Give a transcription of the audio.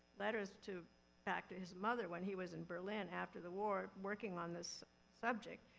letters to back to his mother when he was in berlin after the war working on this subject.